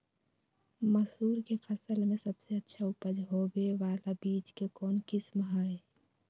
मसूर के फसल में सबसे अच्छा उपज होबे बाला बीज के कौन किस्म हय?